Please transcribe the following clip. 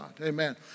Amen